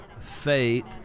faith